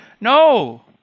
No